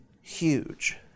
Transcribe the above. huge